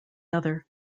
other